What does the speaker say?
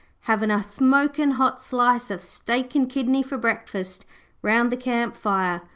havin' a smokin' hot slice of steak-and-kidney for breakfast round the camp fire.